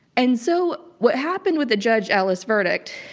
and so what happened with the judge ellis verdict.